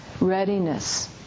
readiness